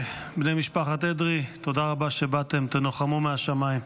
בני משפחת אדרי, תודה רבה שבאתם, תנוחמו מהשמיים.